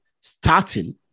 starting